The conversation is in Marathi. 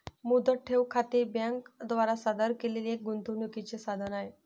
मुदत ठेव खाते बँके द्वारा सादर केलेले एक गुंतवणूकीचे साधन आहे